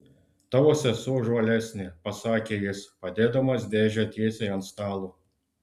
tavo sesuo žvalesnė pasakė jis padėdamas dėžę tiesiai ant stalo